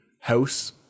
house